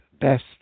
Best